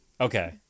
Okay